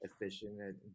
efficient